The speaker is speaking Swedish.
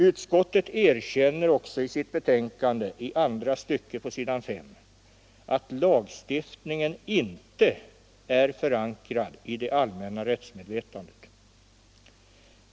Utskottet erkänner också i sitt betänkande i andra stycket s. 5 att lagstiftningen inte är förankrad i det allmänna rättsmedvetandet.